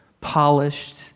polished